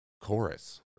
chorus